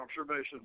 observations